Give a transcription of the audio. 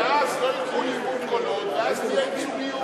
ואז לא ילכו לאיבוד קולות ואז תהיה ייצוגיות.